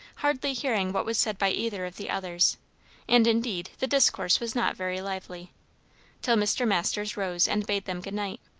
hardly hearing what was said by either of the others and indeed, the discourse was not very lively till mr. masters rose and bade them good night.